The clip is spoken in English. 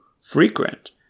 frequent